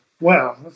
Wow